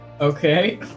Okay